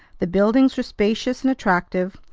the buildings were spacious and attractive,